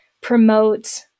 promote